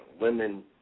women